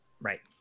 Right